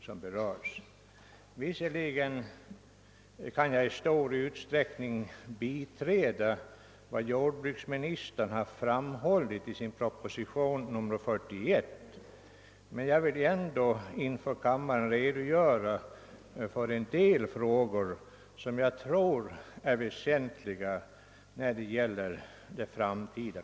Jag kan visserligen i stor utsträck ning ansluta mig till vad jordbruksmi men jag vill ändå inför kammaren re dogöra för en del frågor som jag anser vara väsentliga för fiskets framtid.